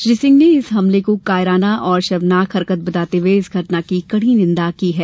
श्री सिंह ने इस हमले को कायराना और शर्मनाक हरकत बताते हुए इस घटना की कड़ी निन्दा की है